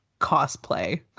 cosplay